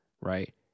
right